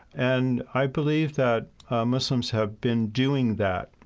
and i believe that muslims have been doing that.